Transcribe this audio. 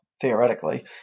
theoretically